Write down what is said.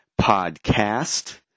podcast